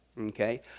okay